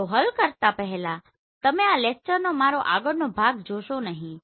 તો હલ કરતા પહેલા તમે આ લેક્ચરનો મારો આગળનો ભાગ જોશો નહીં